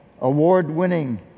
award-winning